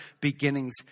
beginning's